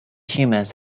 humans